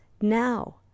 Now